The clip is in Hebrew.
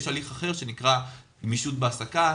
יש הליך אחר שנקרא גמישות בהעסקה,